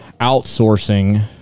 outsourcing